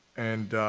and